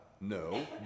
No